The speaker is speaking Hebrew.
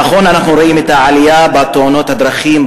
נכון שאנחנו רואים את העלייה בתאונות הדרכים,